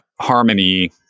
harmony